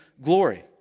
glory